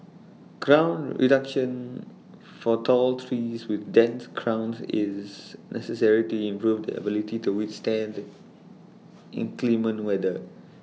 crown reduction for tall trees with dense crowns is necessary to improve their ability to withstand inclement weather